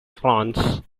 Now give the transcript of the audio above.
france